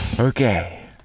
okay